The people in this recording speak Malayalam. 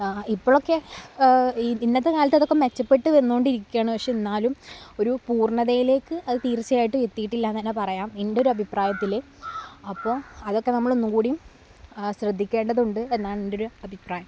ഇപ്പോഴൊക്കെ ഇന്നത്തെ കാലത്തതൊക്കെ മെച്ചപ്പെട്ട് വന്നു കൊണ്ടിരിക്കുകയാണ് പക്ഷേ എന്നാലും ഒരു പൂർണ്ണതയിലേക്ക് അതു തീർച്ചയായിട്ടും എത്തിയിട്ടില്ലയെന്നു തന്നെ പറയാം എൻ്റൊരഭിപ്രായത്തിൽ അപ്പോൾ അതൊക്കെ നമ്മളൊന്നുകൂടി ശ്രദ്ധിക്കേണ്ടതുണ്ട് എന്നാണെൻ്റൊരു അഭിപ്രായം